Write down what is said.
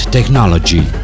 Technology